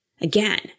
Again